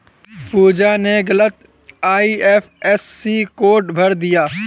पूजा ने गलत IFSC code भर दिया